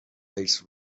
takes